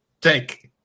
take